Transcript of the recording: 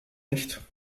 nicht